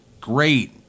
great